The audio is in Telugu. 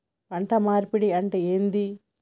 పంట మార్పిడి అంటే ఏంది?